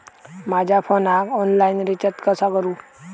माझ्या फोनाक online recharge कसा करू?